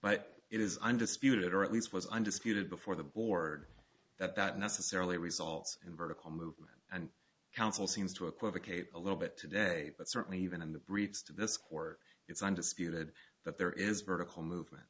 but it is undisputed or at least was undisputed before the board that that necessarily results in vertical movement and council seems to equivocate a little bit today but certainly even in the breeks to this court it's undisputed that there is vertical movement